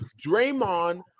Draymond